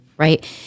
Right